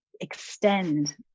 extend